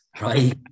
right